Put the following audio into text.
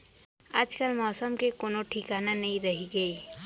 आजकाल मौसम के कोनों ठिकाना नइ रइगे